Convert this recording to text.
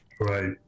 right